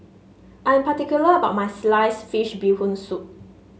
I am particular about my slice fish Bee Hoon Soup